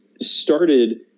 started